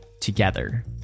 together